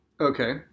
Okay